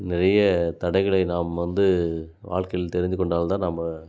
நிறைய தடைகளை நாம் வந்து வாழ்க்கையில் தெரிந்து கொண்டால்தான் நாம்